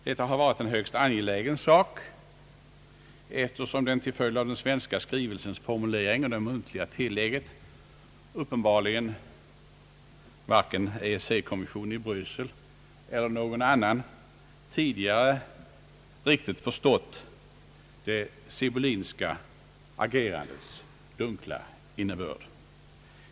Detta har varit en högst angelägen sak, eftersom till följd av den svenska skrivelsens formulering och det muntliga tillägget uppenbarligen varken EEC-kommissionen i Bryssel eller någon annan tidigare riktigt förstått det sibyllinska agerandets dunkla innebörd.